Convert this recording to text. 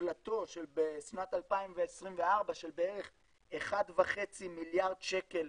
פלאטו בשנת 2024 של בערך 1.5 מיליארד שקל